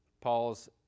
Paul's